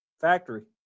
factory